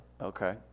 Okay